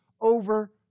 over